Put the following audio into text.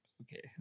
Okay